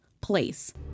place